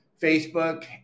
Facebook